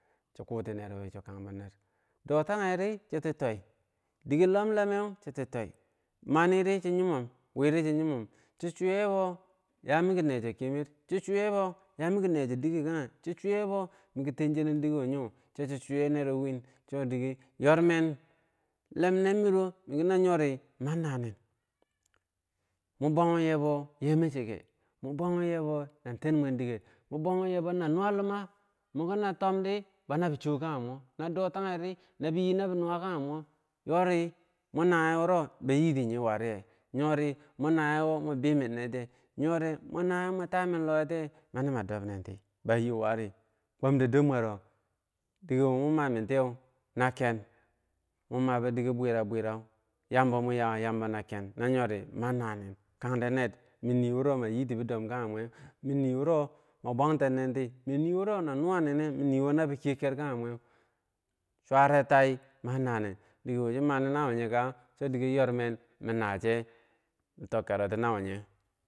chi kutinerowi chi kang bo ner do tage ri chiki toi, dike lomlomew chiki toi maniri chin yimom wiri chin yimom, chi swer yebo don mikinerso kemer chi swer yea bo don dige kage che chiswer ye ki nero win, cho dike lomen limner mino lamiki man naso. mu bwaguyebo yeh min chike mun bwagu yebo na nuwa luma, muki non tom di nabi sokage mur non dotageri nabi nuwa kage mur, yori mur naweye wuro, yori mun nawiye bayike ti yoh wariyeh yorimun nawiye wo mwer bi men ner tiyeh. yori mun nawiyeh wo mwer tar men luwe tiye mani ma dob nenti, bayi wari kwamde dor mwero, dike mun ma mentiyeu na ken mun mabo dike bwera bwera, yambo mun yaweh yambo ke noyori man nanen kang, min niwuro ma bwang ten nenti, min niwuro ba nur kiyeh ker kage mur, min niwuro, swere tai man nanen, dike chimani naweh ka so min tok kero tina wunyeh.